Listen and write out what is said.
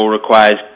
requires